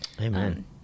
Amen